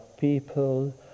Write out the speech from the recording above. people